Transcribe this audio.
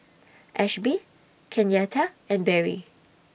Ashby Kenyatta and Berry